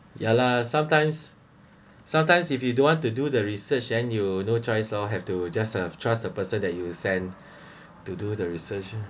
ya lah sometimes sometimes if you don't want to do the research then you no choice lor have to just uh trust the person that you sent to do the research